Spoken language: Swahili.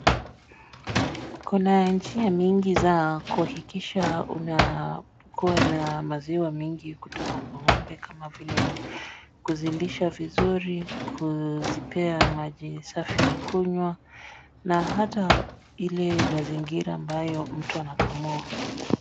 Kuna njia nyingi za kuhakikisha una maziwa mingi kutoka kwa ngombe kama vile kuzilisha vizuri, kuzipea maji safi ya kunywa na hata ile mazingira ambayo mtu anakamua.